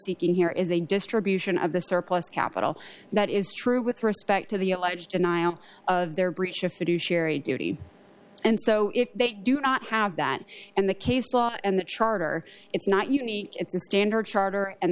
seeking here is a distribution of the surplus capital that is true with respect to the alleged denial of their breach of fiduciary duty and so if they do not have that and the case law and the charter it's not unique it's a standard charter and